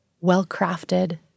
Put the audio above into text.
well-crafted